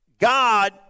God